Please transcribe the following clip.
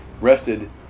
rested